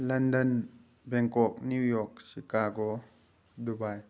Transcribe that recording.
London Bangkok New York Chicago Dubai